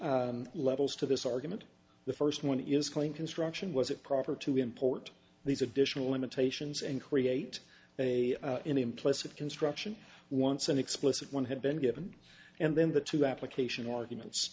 o levels to this argument the first one is claim construction was it proper to import these additional imitations and create an implicit construction once an explicit one had been given and then the two application arguments